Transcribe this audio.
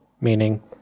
meaning